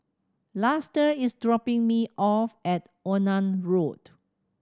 Luster is dropping me off at Onan Road